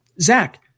Zach